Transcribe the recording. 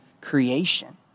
creation